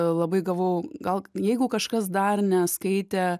labai gavau gal jeigu kažkas dar neskaitė